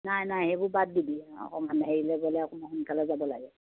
নাই নাই সেইবোৰ বাদ দিবি অকণমান হেৰিলৈ গ'লে অকণমান সোনকালে যাব লাগে